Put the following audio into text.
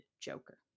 Joker